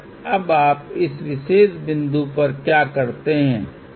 अब आप इस विशेष बिंदु पर क्या करते हैं